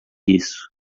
isso